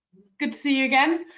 good to see you again.